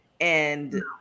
And-